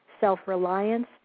self-reliance